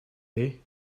day